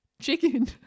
chicken